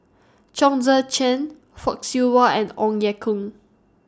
Chong Tze Chien Fock Siew Wah and Ong Ye Kung